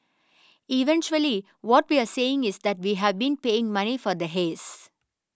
eventually what we are saying is that we have been paying money for the haze